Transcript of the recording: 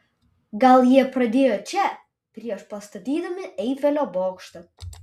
gal jie pradėjo čia prieš pastatydami eifelio bokštą